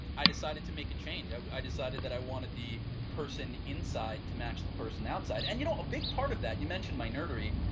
i decided to make a change, i decided that i want to be person inside to match person outside. and you know a big part of that you mentioned my nerdery,